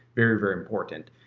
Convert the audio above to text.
very, very important.